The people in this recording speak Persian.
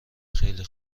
خیلی